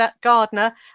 Gardner